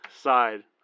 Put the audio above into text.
side